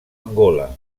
angola